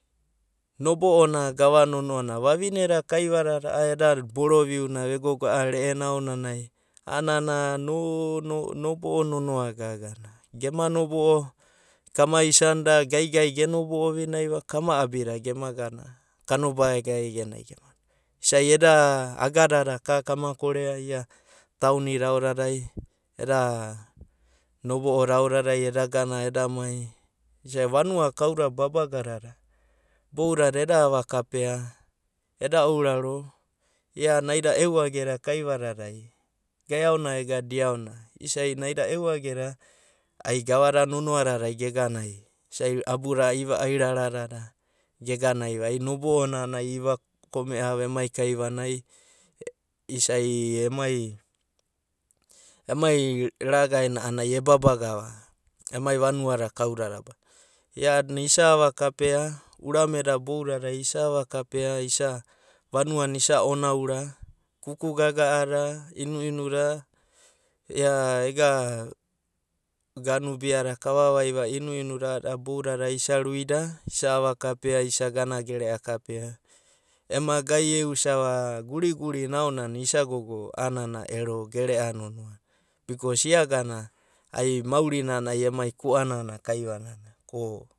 Nobo’o na gava nonoana, vavine da kaivadadai eda bolo viu na vegogo re’e na ananai a’anana nobo’o nonoa gaga na, gema nobo’o kama isa nida gaigai ge nobo’o ovinai kama abi da gema gana kanobaga ege nai gema nobo’o isai aga dada ka kama korea ia tauni da ao dada, nobo’o da ao da dai, eda gana, eda mai, isai vanua da kau dada babaga dada bou dadai eda ava kapea, eda ouraro, ia naida euage da kaiva dadai gai a ona ega dia ona, isai naida euaage da ai gava da nonoa ge dada ge ganai isai abuda iva airara dada geganai va, isai ai nobo’o na a’anana iva komea va emai kaiva nai isai emai, emai ragae na ai e’babagava emai vanua da kandada, isai isai ava kapea urmae da boudadai isai ava kapea, vanua na isai onaura, kukugaga’a dai, inu inu da ia ega ganu bia da kava viva, inuinu da boudada isa ruida isa ava kapea, isa gana gerea kapea emai gai eusiua gariguri naiaonanai isa gogo a’anana ero gerea nonoa na bicos iagana ai maurina emai kuanana kaiva ranai ko.